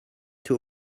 two